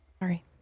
Sorry